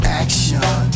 action